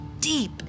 deep